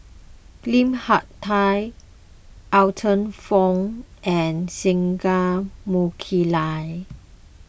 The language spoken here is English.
Lim Hak Tai Arthur Fong and Singai Mukilan